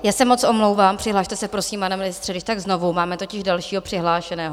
Já se moc omlouvám, přihlaste se, prosím, pane ministře, když tak znovu, máme totiž dalšího přihlášeného.